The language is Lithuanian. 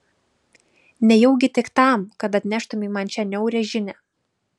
nejaugi tik tam kad atneštumei man šią niaurią žinią